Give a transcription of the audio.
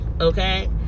Okay